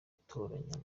gutoranya